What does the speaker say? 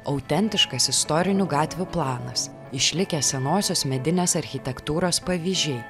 autentiškas istorinių gatvių planas išlikęs senosios medinės architektūros pavyzdžiai